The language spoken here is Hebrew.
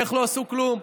איך לא עשו כלום?